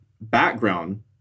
background